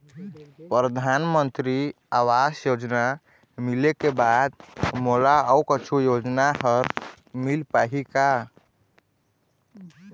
परधानमंतरी आवास योजना मिले के बाद मोला अऊ कुछू योजना हर मिल पाही का?